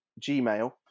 Gmail